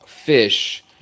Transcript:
fish